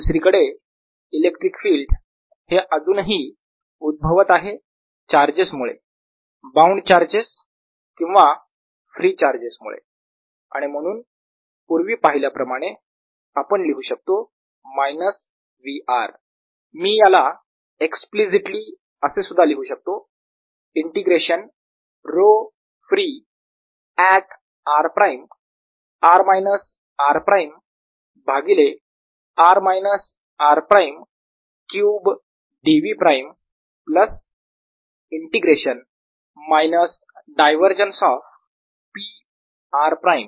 दुसरीकडे electric field हे अजूनही उद्भवत आहे चार्जेस मुळे बाऊंड चार्जेस किंवा फ्री चार्जेस मुळे आणि म्हणून पूर्वी पाहिल्या प्रमाणे आपण लिहू शकतो मायनस V r मी याला एक्सप्लिसिटली असे सुद्धा लिहू शकतो integration rho free at r prime r minus r prime भागिले r minus r prime cube dv prime plus integration minus divergence of P r prime